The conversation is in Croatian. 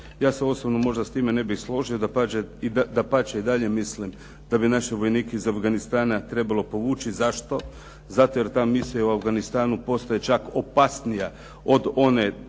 Ja se osobno možda s time ne bih složio, dapače i dalje mislim da bi naše vojnike iz Afganistana trebalo povući, zašto? Zato jer ta misija u Afganistanu postaje čak opasnija od one